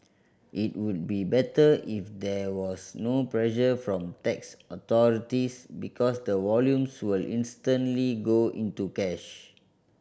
it would be better if there was no pressure from tax authorities because the volumes will instantly go into cash